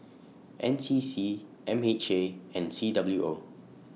N C C M H A and C W O